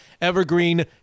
Evergreen